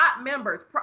members